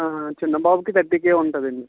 ఆ చిన్న బాబుకి థర్టీ కే ఉంటుంది